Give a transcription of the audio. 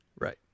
Right